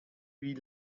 wie